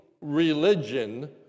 religion